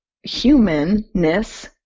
humanness